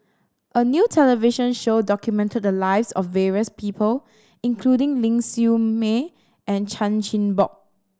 a new television show documented the lives of various people including Ling Siew May and Chan Chin Bock